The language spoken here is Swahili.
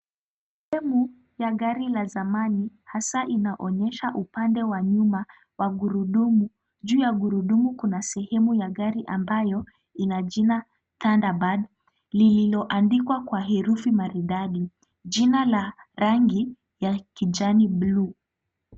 Sehemu ya gari la zamani hasa inaonyesha upande wa nyuma wa gurudumu. Juu ya gurudumu kuna sehemu ya gari ambayo ina jina Thunderbird lililoandikwa kwa herufi maridadi jina la rangi ya kijani bluu.